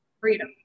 freedom